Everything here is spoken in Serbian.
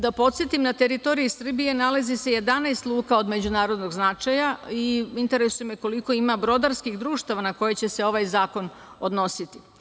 Da podsetim, na teritoriji Srbije nalazi se 11 luka od međunarodnog značaja i interesuje me koliko ima brodarskih društava na koje će se ovaj zakon odnositi.